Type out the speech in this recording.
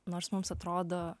nors mums atrodo